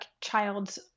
child's